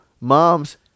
Mom's